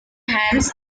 hands